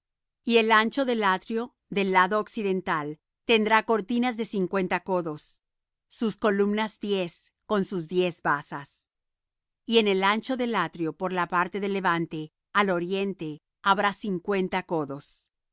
y el ancho del atrio del lado occidental tendrá cortinas de cincuenta codos sus columnas diez con sus diez basas y en el ancho del atrio por la parte de levante al oriente habrá cincuenta codos